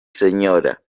señora